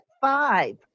five